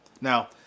Now